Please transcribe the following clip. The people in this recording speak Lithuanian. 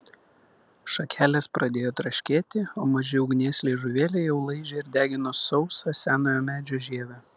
šakelės pradėjo traškėti o maži ugnies liežuvėliai jau laižė ir degino sausą senojo medžio žievę